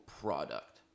product